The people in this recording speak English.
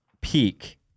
peak